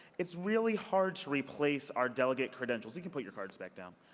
it's really hard to replace our delegate credentials. you can put your cards back down.